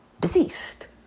deceased